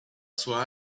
sua